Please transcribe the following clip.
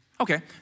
Okay